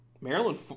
Maryland